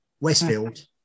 Westfield